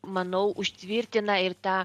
manau užtvirtina ir tą